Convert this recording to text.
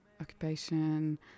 occupation